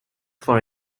for